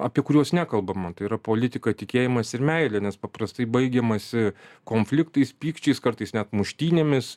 apie kuriuos nekalbama tai yra politika tikėjimas ir meilė nes paprastai baigiamasi konfliktais pykčiais kartais net muštynėmis